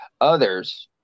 Others